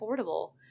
affordable